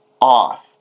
off